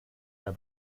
der